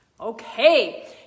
Okay